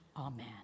amen